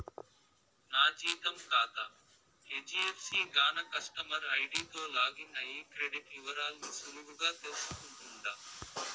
నా జీతం కాతా హెజ్డీఎఫ్సీ గాన కస్టమర్ ఐడీతో లాగిన్ అయ్యి క్రెడిట్ ఇవరాల్ని సులువుగా తెల్సుకుంటుండా